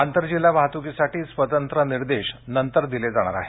आंतरजिल्हा वाहतूकीसाठी स्वतंत्र निर्देश नंतर दिले जाणार आहेत